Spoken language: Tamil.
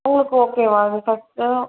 உங்களுக்கு ஓகேவா இந்த செக்டர்